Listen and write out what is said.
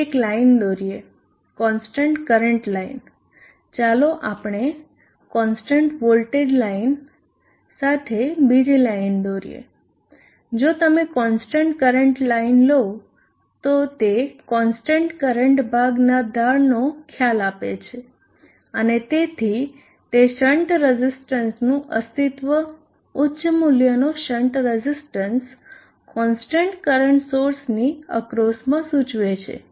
ચાલો એક લાઇન દોરીએ કોન્સ્ટન્ટ કરંટ લાઇન ચાલો આપણે કોન્સ્ટન્ટ વોલ્ટેજ લાઈન સાથે બીજી લાઈન દોરીએ જો તમે કોન્સ્ટન્ટ કરંટ લાઇન લો તો તે કોન્સ્ટન્ટ કરંટ ભાગનાં ઢાળ નો ખ્યાલ આપે છે અને તેથી તે શન્ટ રઝીસ્ટન્સનું અસ્તિત્વ ઉચ્ચ મૂલ્યનો શન્ટ રઝીસ્ટન્સ કોન્સ્ટન્ટ કરંટ સોર્સની અક્રોસમાં સૂચવે છે